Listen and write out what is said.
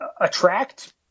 attract